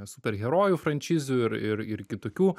superherojų franšizių ir ir ir kitokių